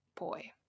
boy